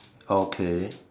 okay